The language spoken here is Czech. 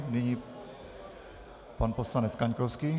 Nyní pan poslanec Kaňkovský.